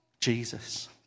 Jesus